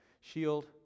shield